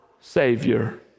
Savior